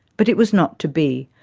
but it was not to be.